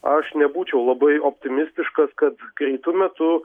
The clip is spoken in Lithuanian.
aš nebūčiau labai optimistiškas kad greitu metu